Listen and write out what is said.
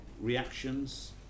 reactions